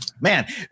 man